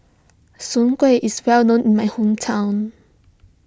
Soon Kway is well known in my hometown